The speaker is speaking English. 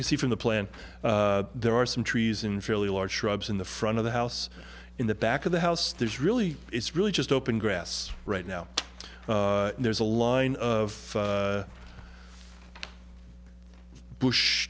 can see from the plant there are some trees in fairly large shrubs in the front of the house in the back of the house there's really it's really just open grass right now and there's a line of bush